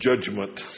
judgment